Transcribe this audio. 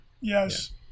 Yes